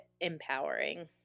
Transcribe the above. empowering